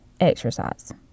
Exercise